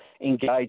engage